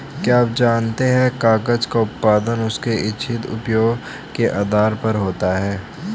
क्या आप जानते है कागज़ का उत्पादन उसके इच्छित उपयोग के आधार पर होता है?